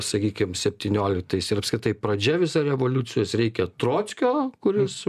sakykim septynioliktais ir apskritai pradžia visa revoliucijos reikia trockio kuris